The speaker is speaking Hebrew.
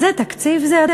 זה תקציב זה,